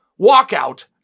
walkout